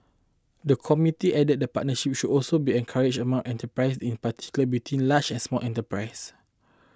the committee added that partnerships should also be encouraged among enterprise in particular between large and small enterprise